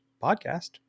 podcast